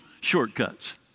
shortcuts